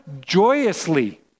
joyously